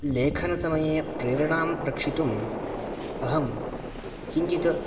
लेखनसमये प्रेरणां रक्षितुम् अहं किञ्चित्